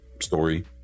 story